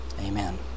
amen